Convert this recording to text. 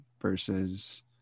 versus